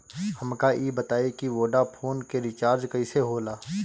हमका ई बताई कि वोडाफोन के रिचार्ज कईसे होला?